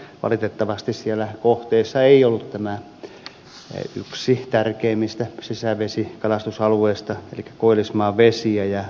valitettavasti siellä kohteissa ei ollut yhtä tärkeimmistä sisävesikalastusalueista elikkä koillismaan vesiä